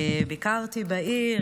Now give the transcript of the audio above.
ביקרתי בעיר,